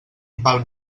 val